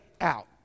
out